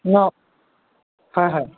অঁ হয় হয়